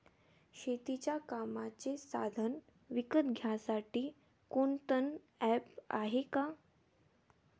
शेतीच्या कामाचे साधनं विकत घ्यासाठी कोनतं ॲप हाये का?